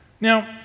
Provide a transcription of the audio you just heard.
Now